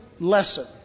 lesson